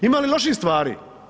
Ima li loših stvari?